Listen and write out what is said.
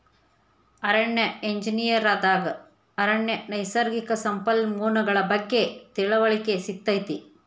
ಅರಣ್ಯ ಎಂಜಿನಿಯರ್ ದಾಗ ಅರಣ್ಯ ನೈಸರ್ಗಿಕ ಸಂಪನ್ಮೂಲಗಳ ಬಗ್ಗೆ ತಿಳಿವಳಿಕೆ ಸಿಗತೈತಿ